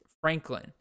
Franklin